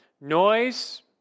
noise